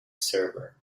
server